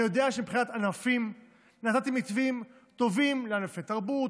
אני יודע שמבחינת ענפים נתתם מתווים טובים לענפי התרבות,